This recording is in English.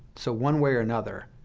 so one way or another,